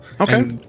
okay